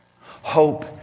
hope